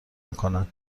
میکنن